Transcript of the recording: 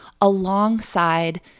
alongside